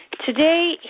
Today